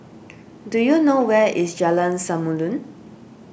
do you know where is Jalan Samulun